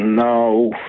No